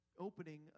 opening